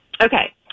Okay